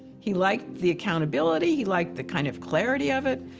he liked the accountability. he liked the kind of clarity of it.